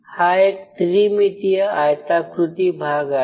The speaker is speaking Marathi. हा एक त्रिमितीय आयताकृती भाग आहे